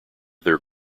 their